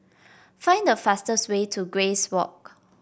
find the fastest way to Grace Walk